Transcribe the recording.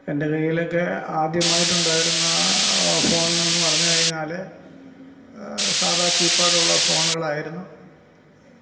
എൻ്റെ കയ്യിലൊക്കെ ആദ്യമായിട്ടുണ്ടായിരുന്ന ഫോണിലെന്ന് പറഞ്ഞ് കഴിഞ്ഞാൽ സാധാ കീപാഡ് ഉള്ള ഫോണുകളായിരുന്നു